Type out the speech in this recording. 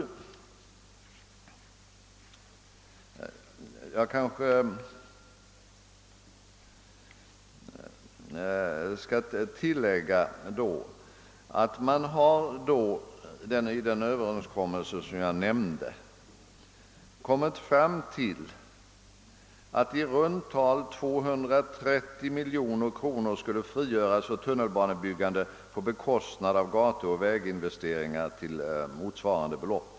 Jag kanske bör tillägga att man fann att i runt tal 230 miljoner kronor skulle frigöras för tunnelbane byggande, på bekostnad av gatuoch väginvesteringar till motsvarande belopp.